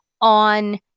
on